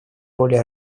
роли